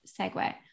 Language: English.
segue